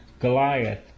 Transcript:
Goliath